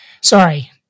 Sorry